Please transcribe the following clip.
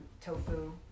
tofu